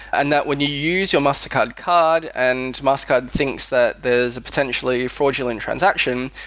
and that when you use your mastercard card and mastercard thinks that there's a potentially fraudulent transaction,